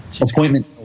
appointment